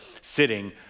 sitting